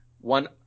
one